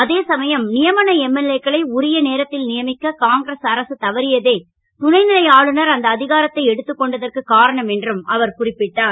அதே சமயம் யமன எம்எல்ஏ க்களை உரிய நேரத் ல் யமிக்க காங்கிரஸ் அரசு தவறியதே துணை லை ஆளுநர் அந்த அ காரத்தை எடுத்துக் கொண்டதற்கு காரணம் என்றும் அவர் குறிப்பிட்டார்